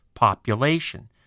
population